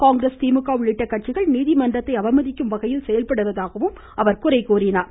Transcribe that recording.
காங்கிரஸ் திமுக உள்ளிட்ட கட்சிகள் நீதிமன்றத்தை அவமதிக்கும் வகையில் செயல்படுவதாகவும் அவர் குறை கூறினார்